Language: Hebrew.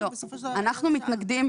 בתפיסה שלנו אנחנו מתנגדים